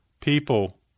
people